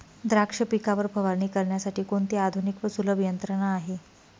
द्राक्ष पिकावर फवारणी करण्यासाठी कोणती आधुनिक व सुलभ यंत्रणा आहे?